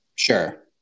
Sure